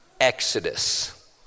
exodus